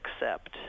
accept